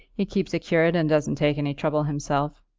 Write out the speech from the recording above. he keeps a curate and doesn't take any trouble himself.